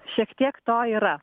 šiek tiek to yra